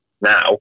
now